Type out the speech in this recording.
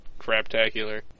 craptacular